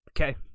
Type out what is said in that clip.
Okay